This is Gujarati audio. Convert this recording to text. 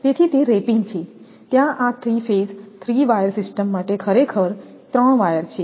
તેથી તે રેપિંગ છે ત્યાં આ 3 ફેઝ 3 વાયર સિસ્ટમ માટે ખરેખર 3 વાયર છે